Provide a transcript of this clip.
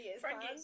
Frankie